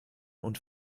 und